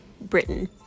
Britain